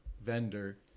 vendor